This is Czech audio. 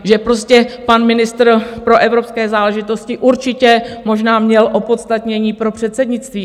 Že prostě pan ministr pro evropské záležitosti určitě možná měl opodstatnění pro předsednictví.